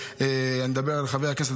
אני חייב, באמת, לוועדה הנושא,